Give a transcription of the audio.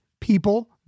people